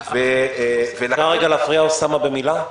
אפשר רגע להפריע, אוסאמה, במילה?